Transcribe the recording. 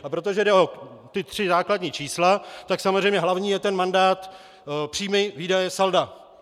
A protože jde o ta tři základní čísla, tak samozřejmě hlavní je mandát příjmyvýdajesalda.